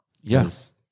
Yes